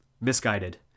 misguided